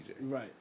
Right